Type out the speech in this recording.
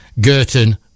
Girton